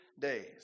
days